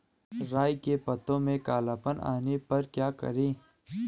राई के पत्तों में काला पन आने पर क्या करें?